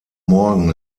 morgen